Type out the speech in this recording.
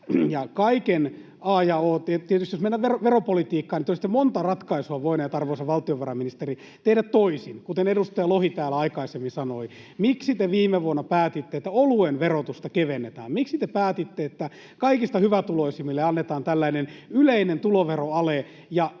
kaiken a ja o... Tietysti jos meidän veropolitiikkaan nyt olisi sitten monta ratkaisua voinut, arvoisa valtiovarainministeri, tehdä toisin — kuten edustaja Lohi täällä aikaisemmin sanoi — niin miksi te viime vuonna päätitte, että oluen verotusta kevennetään? Miksi te päätitte, että kaikista hyvätuloisimmille annetaan tällainen yleinen tuloveroale?